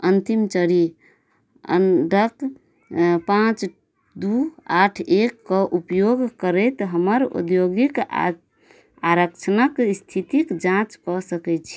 अन्तिम चारि अङ्क पाँच दुइ आठ एकके उपयोग करैत हमर औद्योगिक आओर आरक्षणक इस्थितिके जाँच कऽ सकै छी